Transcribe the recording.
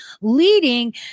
leading